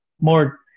more